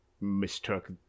mistook